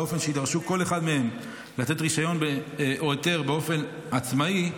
באופן שיידרשו כל אחד מהם לתת רישיון או היתר באופן עצמאי,